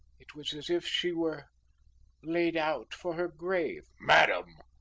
it was as if she were laid out for her grave madam!